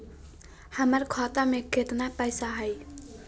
हमर खाता मे केतना पैसा हई?